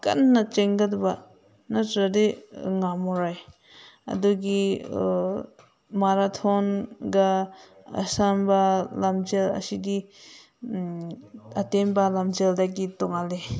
ꯀꯟꯅ ꯆꯦꯟꯒꯗꯕ ꯅꯠꯇ꯭ꯔꯗꯤ ꯉꯝꯃꯔꯣꯏ ꯑꯗꯨꯒꯤ ꯃꯔꯥꯊꯣꯟꯒ ꯑꯁꯥꯡꯕ ꯂꯝꯖꯦꯜ ꯑꯁꯤꯗꯤ ꯑꯇꯦꯟꯕ ꯂꯝꯖꯦꯜꯗꯒꯤ ꯇꯣꯡꯉꯥꯜꯂꯦ